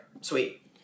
sweet